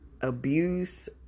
abuse